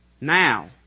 now